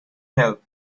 help